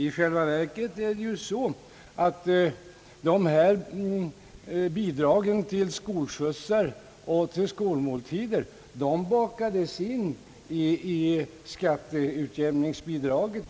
I själva verket har ju bidragen till skolskjutsar och skolmåltider bakats in i skatteutjämningsbidraget.